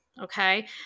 Okay